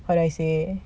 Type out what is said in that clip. what I say